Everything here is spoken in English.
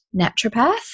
naturopath